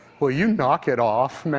will you knock it off, man.